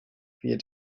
wir